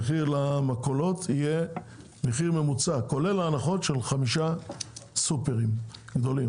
המחיר למכולות יהיה מחיר ממוצע כולל ההנחות של חמישה סופרים גדולים,